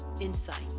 insight